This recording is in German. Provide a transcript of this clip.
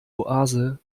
oase